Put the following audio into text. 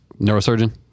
Neurosurgeon